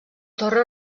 torre